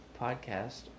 podcast